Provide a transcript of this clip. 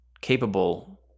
capable